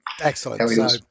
Excellent